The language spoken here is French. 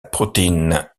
protéine